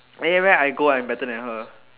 anywhere I go I'm better than her